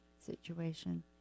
situation